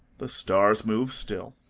the stars move still,